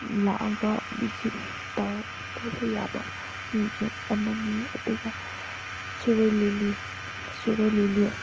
ꯂꯥꯛꯑꯒ ꯚꯤꯖꯤꯠ ꯇꯧꯕ ꯌꯥꯕ ꯃ꯭ꯌꯨꯖꯤꯌꯝ ꯑꯃꯅꯤ ꯑꯗꯨꯒ ꯁꯤꯔꯣꯏ ꯂꯤꯂꯤ ꯁꯤꯔꯣꯏ ꯂꯤꯂꯤ